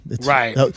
Right